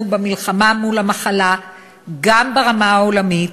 במלחמה מול המחלה גם ברמה העולמית,